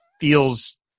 feels